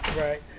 right